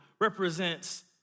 represents